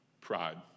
Pride